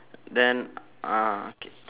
then uh K